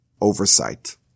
oversight